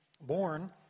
born